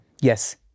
Yes